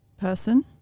person